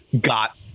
got